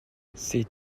c’est